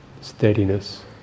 steadiness